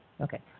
Okay